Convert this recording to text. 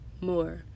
more